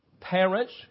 parents